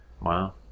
wow